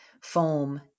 foam